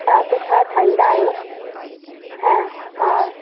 तव्हां सुठा ठाहींदा आहियो इहे हा